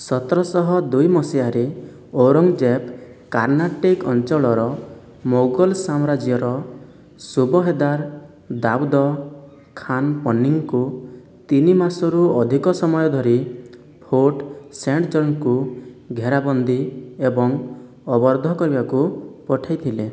ସତରଶହ ଦୁଇ ମସିହାରେ ଔରଙ୍ଗଜେବ କାର୍ନାଟିକ୍ ଅଞ୍ଚଳର ମୋଗଲ ସାମ୍ରାଜ୍ୟର ସୁବହେଦାର ଦାଉଦ ଖାନ ପନ୍ନିଙ୍କୁ ତିନି ମାସରୁ ଅଧିକ ସମୟ ଧରି ଫୋର୍ଟ ସେଣ୍ଟ ଜର୍ଜଙ୍କୁ ଘେରାବନ୍ଦୀ ଏବଂ ଅବରୋଧ କରିବାକୁ ପଠାଇଥିଲେ